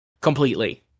Completely